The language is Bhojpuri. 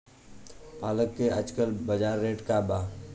पालक के आजकल बजार रेट का बा?